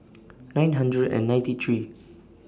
nine hundred and ninety three